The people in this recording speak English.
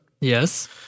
Yes